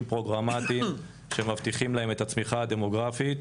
פרוגרמטיים שמבטיחים להם את הצמיחה הדמוגרפית,